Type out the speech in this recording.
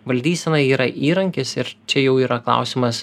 valdysena yra įrankis ir čia jau yra klausimas